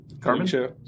Carmen